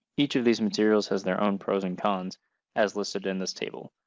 each of these materials has their own pros and cons as listed in this table.